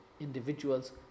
individuals